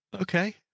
Okay